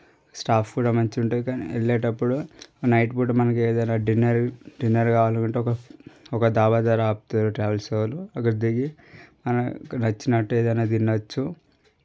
staff కూడా మంచిగా ఉంటుంది కాని వెళ్లేటప్పుడు మనకి నైట్ పూట మనకి ఏదైనా డిన్నర్ డిన్నర్ కావాలంటే ఒక ఒక ఢాబా దగ్గర ఆపుతారు అక్కడ దిగి మనకి నచ్చినట్టు ఏదైనా తినవచ్చు